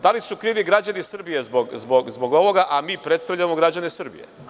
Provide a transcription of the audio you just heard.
Da li su krivi građani Srbije zbog ovoga, a mi predstavljamo građane Srbije?